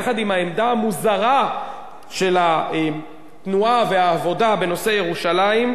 יחד עם העמדה המוזרה של התנועה והעבודה בנושא ירושלים,